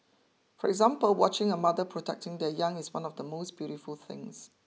for example watching a mother protecting the young is one of the most beautiful things